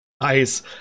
Nice